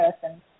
person